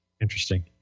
Interesting